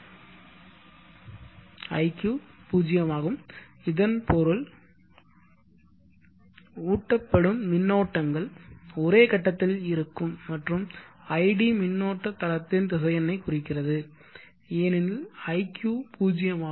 iq 0 ஆகும் இதன் பொருள் ஊட்டப்படும் மின்னோட்டங்கள் ஒரே கட்டத்தில் இருக்கும் மற்றும் id மின்னோட்ட தளத்தின் திசையென்னைக் குறிக்கிறது ஏனெனில் iq 0 ஆகும்